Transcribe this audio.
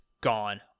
gone